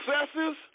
successes